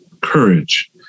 courage